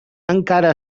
encara